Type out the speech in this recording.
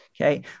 okay